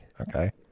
okay